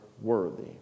Worthy